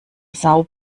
sao